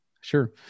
Sure